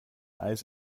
eis